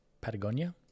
Patagonia